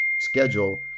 schedule